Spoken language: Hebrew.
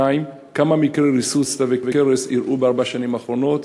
2. כמה מקרי ריסוס צלבי קרס אירעו בארבע השנים האחרונות?